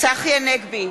צחי הנגבי,